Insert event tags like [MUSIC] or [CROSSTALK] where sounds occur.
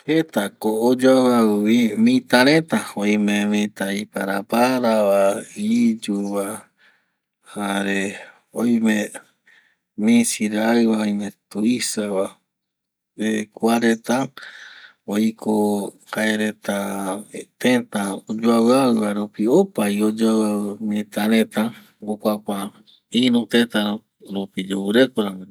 Jeta ko oyoavɨ avɨ vɨ mita reta, oime mita ipara para va, iyu va jare oime misi raɨ va, oime tuisa va [HESITATION] kua reta oiko jae reta teta oyoavɨ avɨ va rupi opa vi oyoavɨ avɨ mita reta okuakua iru teta rupi yoguɨreko ramo ndipo